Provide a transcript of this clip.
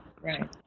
Right